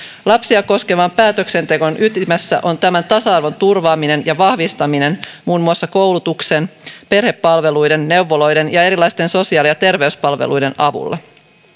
lapsia koskevan päätöksenteon ytimessä on tämän tasa arvon turvaaminen ja vahvistaminen muun muassa koulutuksen perhepalveluiden neuvoloiden ja erilaisten sosiaali ja terveyspalveluiden avulla